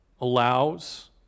allows